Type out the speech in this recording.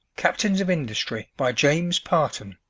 captains of industry, by james parton